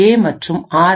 ஏ மற்றும் ஆர்